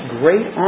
great